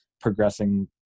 progressing